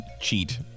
cheat